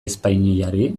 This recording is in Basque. espainiari